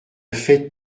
faites